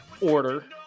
order